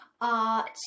art